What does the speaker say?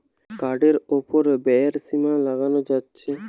কার্ডের উপর ব্যয়ের সীমা লাগানো যাচ্ছে